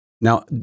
Now